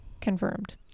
confirmed